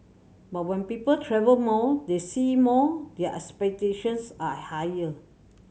but when people travel more they see more their expectations are higher